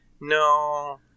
No